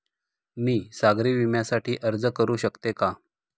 मी सागरी विम्यासाठी अर्ज करू शकते का?